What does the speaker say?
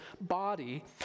body